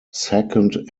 second